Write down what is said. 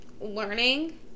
learning